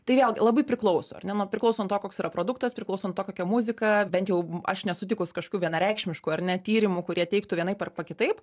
tai vėlgi labai priklauso ar ne nuo priklauso nuo to koks yra produktas priklauso nuo to kokia muzika bent jau aš nesutikus kažkokių vienareikšmiškų ar ne tyrimų kurie teigtų vienaip arba kitaip